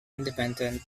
independent